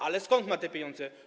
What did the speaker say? A skąd ma te pieniądze?